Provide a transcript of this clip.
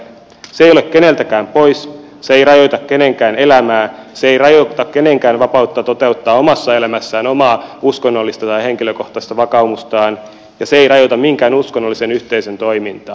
se ei ole keneltäkään pois se ei rajoita kenenkään elämää se ei rajoita kenenkään vapautta toteuttaa omassa elämässään omaa uskonnollista tai henkilökohtaista vakaumustaan ja se ei rajoita minkään uskonnollisen yhteisön toimintaa